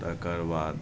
तकरबाद